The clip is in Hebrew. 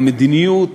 המדיניות,